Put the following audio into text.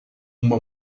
uma